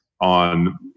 on